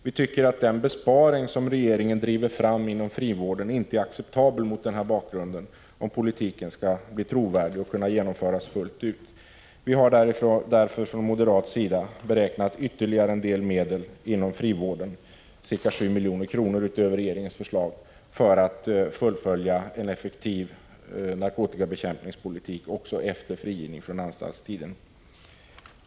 Vi tycker att den besparing som regeringen driver fram inom frivården mot denna bakgrund inte är acceptabel, om politiken skall bli trovärdig och kunna genomföras fullt ut. Moderaterna har därför beräknat ytterligare en del medel inom frivården — ca 7 milj.kr. utöver regeringens förslag — för att fullfölja en effektiv narkotikabekämpning också efter frigivning från anstalt.